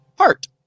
heart